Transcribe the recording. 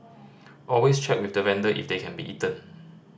always check with the vendor if they can be eaten